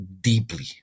deeply